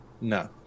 No